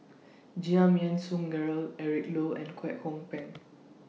Giam Yean Song Gerald Eric Low and Kwek Hong Png